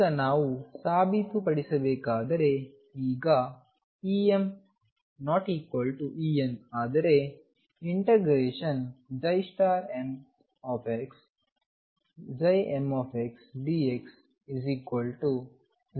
ಈಗ ನಾವು ಸಾಬೀತುಪಡಿಸಬೇಕಾದರೆ ಈಗ EmEn ಆದರೆ mx mxdx0 ಎಂದು ಸಾಬೀತುಪಡಿಸುತ್ತೇನೆ